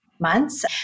months